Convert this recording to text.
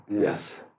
Yes